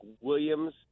Williams